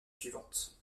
suivantes